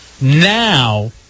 Now